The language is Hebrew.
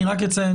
אני רק אציין,